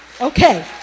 Okay